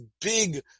big